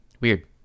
Weird